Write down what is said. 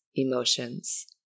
emotions